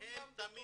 אז הם תמיד